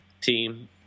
team